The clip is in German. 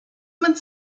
mit